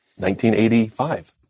1985